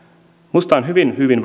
minusta on hyvin hyvin